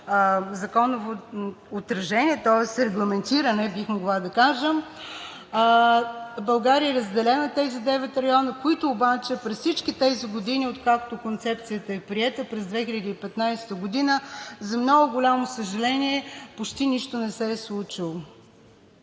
законово отражение, тоест регламентиране, бих могла да кажа. България е разделена на тези девет района, в които обаче през всички тези години, откакто Концепцията е приета през 2015 г., за много голямо съжаление, почти нищо не се е случило.